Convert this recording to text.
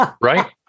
right